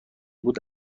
بود